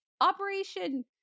Operation